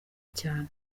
cyane